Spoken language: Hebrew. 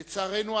לצערנו,